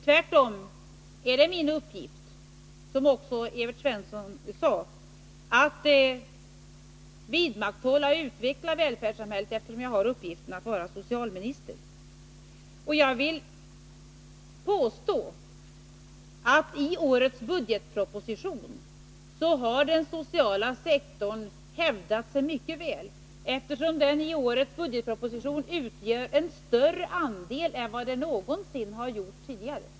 Tvärtom är det min uppgift, som Evert Svensson också sade, att vidmakthålla och utveckla välfärdssamhället, eftersom jag har uppgiften att vara socialminister. Jag vill påstå att i årets budgetproposition har den sociala sektorn hävdat sig mycket väl. Den utgör i år en större andel än någonsin tidigare.